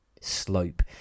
slope